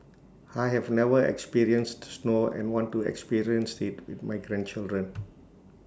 I have never experienced snow and want to experience IT with my grandchildren